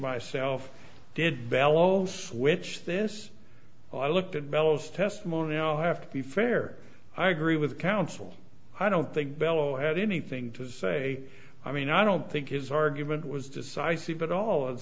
myself did bellow switch this i looked at bellows testimony will have to be fair i agree with counsel i don't think bello had anything to say i mean i don't think his argument was decisive at all